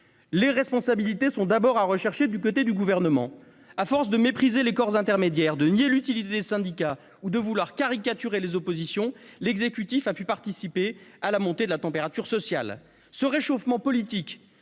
Les responsabilités sont d'abord à chercher du côté du Gouvernement. À force de mépriser les corps intermédiaires, de nier l'utilité des syndicats ou de vouloir caricaturer les oppositions, l'exécutif a participé à la montée de la température sociale. Ce réchauffement politique,